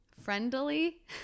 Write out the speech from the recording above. friendly